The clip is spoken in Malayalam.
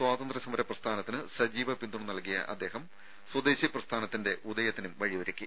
സ്വാതന്ത്ര്യ സമര പ്രസ്ഥാനത്തിന് സജീവ പിന്തുണ നൽകിയ അദ്ദേഹം സ്വദേശി പ്രസ്ഥാനത്തിന്റെ ഉദയത്തിനും വഴിയൊരുക്കി